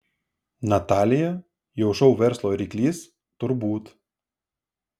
natalija jau šou verslo ryklys turbūt